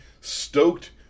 stoked